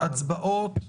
להצבעות,